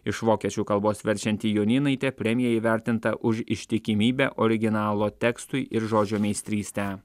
iš vokiečių kalbos verčianti jonynaitė premija įvertinta už ištikimybę originalo tekstui ir žodžio meistrystę